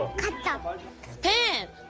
good dad.